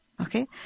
Okay